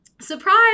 surprise